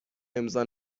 امضا